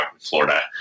Florida